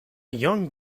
young